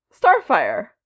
Starfire